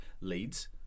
leads